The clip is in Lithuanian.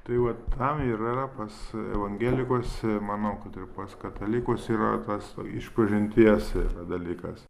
tai va tam yra pas evangelikus ir manau kad ir pas katalikus yra tas išpažinties dalykas